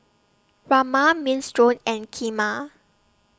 Rajma Minestrone and Kheema